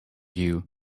you